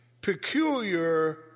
peculiar